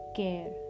care